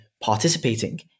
participating